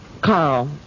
Carl